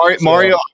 Mario